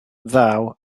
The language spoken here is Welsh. ddaw